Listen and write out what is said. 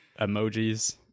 emojis